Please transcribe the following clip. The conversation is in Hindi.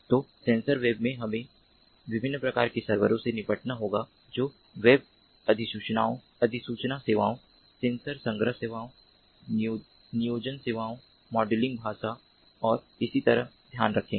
तो सेंसर वेब में हमें विभिन्न प्रकार के सर्वरों से निपटना होगा जो वेब अधिसूचना सेवाओं सेंसर संग्रह सेवाओं नियोजन सेवाओं मॉडलिंग भाषा और इसी तरह ध्यान रखेंगे